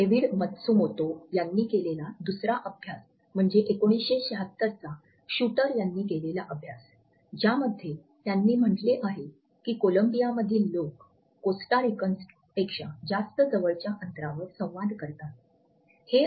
David Matsumoto यांनी केलेला दुसरा अभ्यास म्हणजे १९७६ चा शूटर यांनी केलेला अभ्यास ज्यामध्ये त्यांनी म्हटले आहे की कोलंबियामधील लोक कोस्टा रिकन्सपेक्षा जास्त जवळच्या अंतरावर संवाद करतात